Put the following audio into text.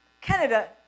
Canada